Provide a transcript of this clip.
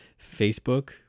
Facebook